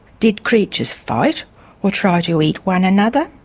did creatures fight or try to eat one another?